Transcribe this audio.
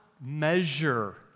measure